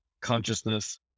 consciousness